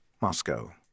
Moscow